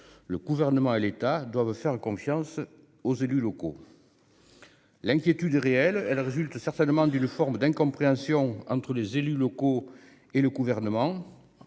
le gouvernement et l'État doivent faire confiance aux élus locaux. L'inquiétude réelle, elle résulte certainement d'une forme d'incompréhension entre les élus locaux et le gouvernement,